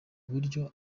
buryo